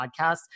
podcast